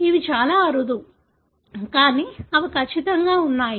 ఇవి చాలా అరుదు కానీ అవి ఖచ్చితంగా ఉన్నాయి